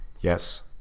Yes